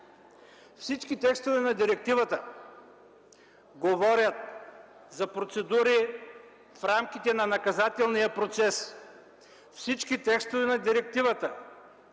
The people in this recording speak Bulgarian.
Всички текстове на директивата говорят за процедури в рамките на наказателния процес. Всички текстове обвързват